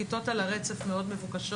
הכיתות על הרצף מאוד מבוקשות,